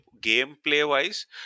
gameplay-wise